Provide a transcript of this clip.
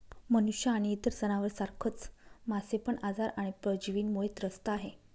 मनुष्य आणि इतर जनावर सारखच मासे पण आजार आणि परजीवींमुळे त्रस्त आहे